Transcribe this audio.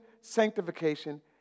sanctification